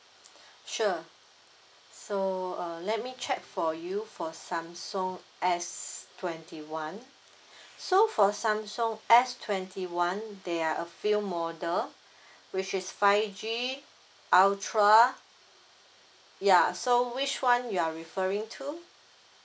sure so uh let me check for you for samsung S twenty one so for samsung S twenty one they are a few model which is five G ultra ya so which one you are referring to